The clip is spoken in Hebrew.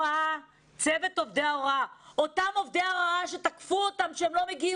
תקפו את עובדי ההוראה שהם לא מגיעים